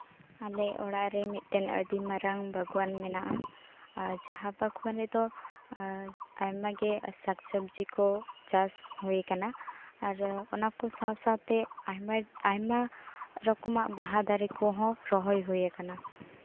ᱟᱞᱮ ᱚᱲᱟᱜ ᱨᱮ ᱢᱤᱫᱴᱮᱱ ᱟᱹᱰᱤ ᱢᱟᱨᱟᱝ ᱵᱟᱜᱽᱣᱟᱱ ᱢᱮᱱᱟᱜᱼᱟ ᱟᱨ ᱡᱟᱦᱟᱸ ᱵᱟᱜᱽᱣᱣᱱ ᱨᱮᱫᱚ ᱟᱭᱢᱟᱜᱮ ᱥᱟᱠ ᱥᱚᱵᱽᱡᱤ ᱠᱚ ᱪᱟᱥ ᱦᱩᱭ ᱠᱟᱱᱟ ᱟᱨ ᱚᱱᱟ ᱠᱚ ᱥᱟᱶ ᱥᱟᱶᱛᱮ ᱟᱭᱢᱟᱼᱟᱭᱢᱟ ᱨᱚᱠᱚᱢᱟᱜ ᱵᱟᱦᱟ ᱫᱟᱨᱮ ᱠᱚᱦᱚᱸ ᱨᱚᱦᱚᱭ ᱦᱩᱭ ᱠᱟᱱᱟ